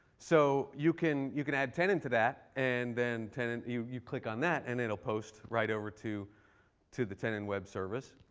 so you can you can add tenon to that, and then you you click on that. and it'll post right over to to the tenon web service.